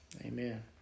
amen